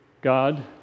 God